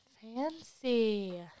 Fancy